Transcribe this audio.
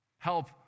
Help